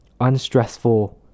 unstressful